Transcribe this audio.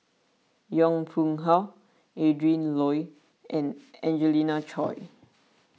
Yong Pung How Adrin Loi and Angelina Choy